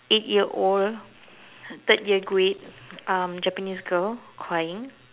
eight year old third year grade um Japanese girl crying